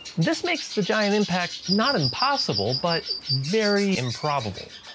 this makes the giant impact not impossible but very improbable.